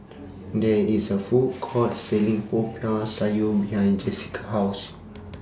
There IS A Food Court Selling Popiah Sayur behind Jesica's House